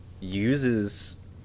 uses